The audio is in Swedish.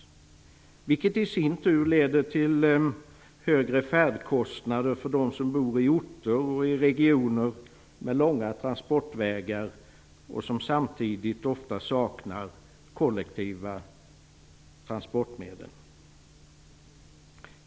Det leder i sin tur till högre färdkostnader för dem som bor i orter och regioner med långa transportvägar och som samtidigt ofta saknar kollektiva transportmedel.